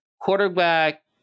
quarterback